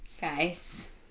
Guys